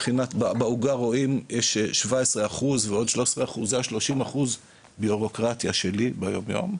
ב״עוגה״ רואים את ה-30% בירוקרטיה שבה אני עסוק יום יום,